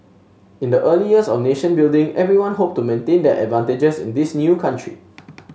in the early years of nation building everyone hoped to maintain their advantages in this new country